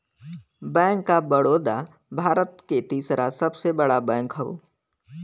bank of Baroda Bharat के तीसरा सबसे बड़ा बैंक हौ